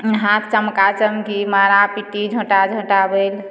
हाथ चमका चमकी मारा पीटी झोँटा झोँटाबैल